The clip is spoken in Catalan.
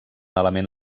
element